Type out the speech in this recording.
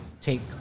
take